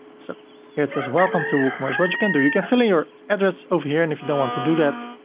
so here it says welcome to woocommerce, what you can do. you can fill in your address over here, and if you don't want to do that,